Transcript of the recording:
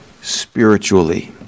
spiritually